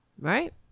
Right